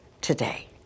today